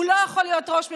הוא לא יכול להיות ראש ממשלה.